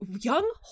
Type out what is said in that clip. young